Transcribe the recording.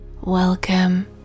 Welcome